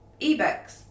ebooks